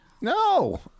No